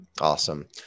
Awesome